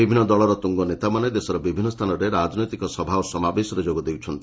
ବିଭିନ୍ନ ଦଳର ତୁଙ୍ଗ ନେତାମାନେ ଦେଶର ବିଭିନ୍ନ ସ୍ଥାନରେ ରାଜନୈତିକ ସଭା ଓ ସମାବେଶରେ ଯୋଗ ଦେଉଛନ୍ତି